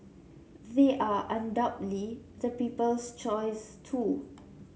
they are undoubtedly the people's choice too